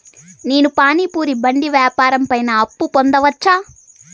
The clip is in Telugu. నేను పానీ పూరి బండి వ్యాపారం పైన అప్పు పొందవచ్చా?